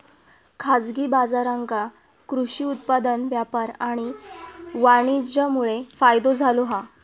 खाजगी बाजारांका कृषि उत्पादन व्यापार आणि वाणीज्यमुळे फायदो झालो हा